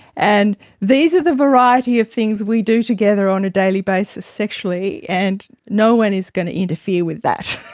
and these are the variety of things we do together on a daily basis sexually, and no one is going to interfere with that.